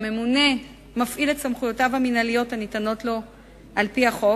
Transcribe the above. הממונה מפעיל את סמכויותיו המינהליות הניתנות לו על-פי החוק,